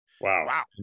Wow